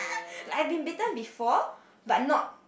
I have been bitten before but not